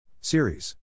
Series